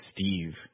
Steve